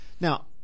Now